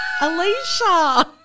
Alicia